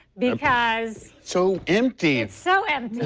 because so empty. it's so empty.